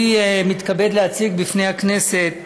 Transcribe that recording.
אני מתכבד להציג בפני הכנסת